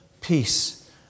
peace